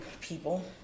people